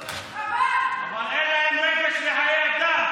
חבל, אבל אין להם רגש לחיי אדם.